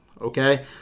okay